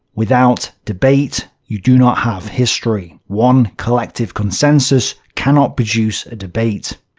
without debate, you do not have history. one collective consensus cannot produce a debate.